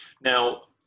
Now